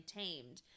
tamed